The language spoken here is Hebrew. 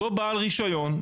אותו בעל רישיון,